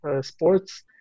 sports